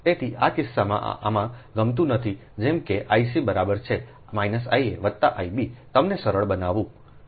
તેથી આ કિસ્સામાં આમાં ગમતું નથી જેમ કે I c બરાબર છે I a વત્તા Ib તમને સરળ બનાવું